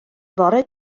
fore